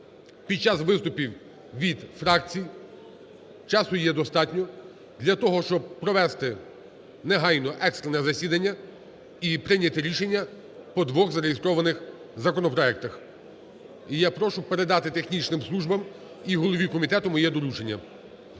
під час виступів від фракцій, часу є достатньо для того, щоб провести негайно екстрене засідання і прийняти рішення по двох зареєстрованих законопроектах. І я прошу передати технічним службам і голові комітету моє доручення.